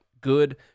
good